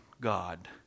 God